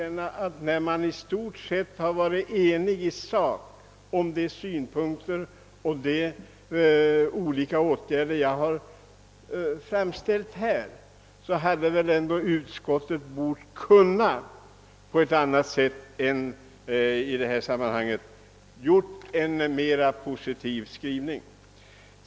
När man i stort sett är ense i sak om de synpunkter jag framfört och de åtgärder jag föreslagit, så borde väl utskottet ha kunnat göra en mer positiv skrivning.